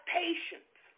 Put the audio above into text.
patience